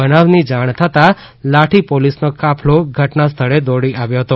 બનાવની જાણ થતા લાઠી પોલીસનો કાફલો ઘટના સ્થળે દોડી આવ્યો હતો